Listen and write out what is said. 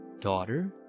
Daughter